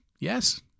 Yes